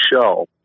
show